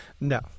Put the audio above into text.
no